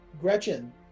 Gretchen